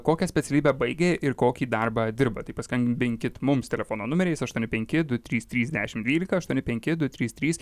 kokią specialybę baigė ir kokį darbą dirba tai paskambinkit mums telefono numeriais aštuoni penki du trys trys dešimt dvylika aštuoni penki du trys trys